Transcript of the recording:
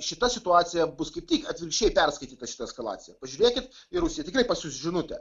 šita situacija bus kaip tik atvirkščiai perskaityta šita eskalacija pažiūrėkit ir rusija tikrai pasiųs žinutę